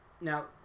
Now